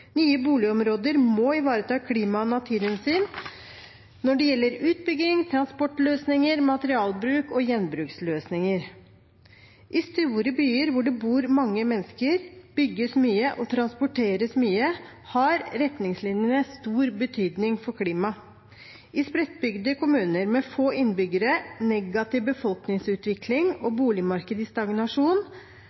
Nye boligområder må ivareta klima- og naturhensyn når det gjelder utbygging, transportløsninger, materialbruk og gjenbruksløsninger. I store byer hvor det bor mange mennesker, bygges mye og transporteres mye, har retningslinjene stor betydning for klimaet. I spredtbygde kommuner med få innbyggere, negativ befolkningsutvikling og et boligmarked i stagnasjon